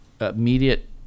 immediate